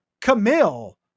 Camille